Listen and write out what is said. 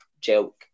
joke